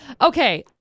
Okay